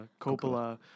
Coppola